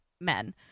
men